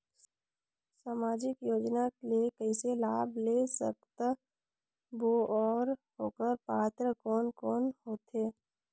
समाजिक योजना ले कइसे लाभ ले सकत बो और ओकर पात्र कोन कोन हो थे?